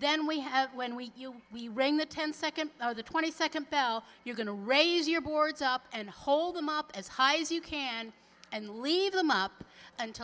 then we have when we you we ring the ten second or the twenty second bell you're going to raise your boards up and hold them up as high as you can and leave them up until